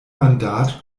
mandat